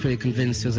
ah convinced